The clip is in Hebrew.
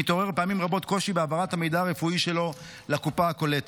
מתעורר פעמים רבות קושי בהעברת המידע הרפואי שלו לקופה הקולטת.